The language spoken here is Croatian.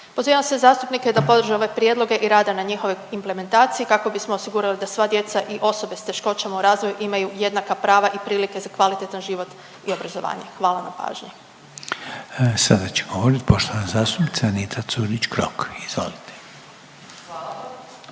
Pozivam sve zastupnike da podrže ove prijedloge i rada na njihovoj implementaciji, kako bismo osigurali da sva djeca i osobe s teškoćama u razvoju imaju jednaka prava i prilike za kvalitetan život i obrazovanje. Hvala na pažnji. **Reiner, Željko (HDZ)** Sada će govoriti poštovana zastupnica Anita Curiš Krok, izvolite.